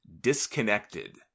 Disconnected